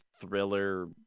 thriller